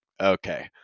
okay